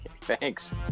Thanks